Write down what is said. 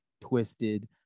twisted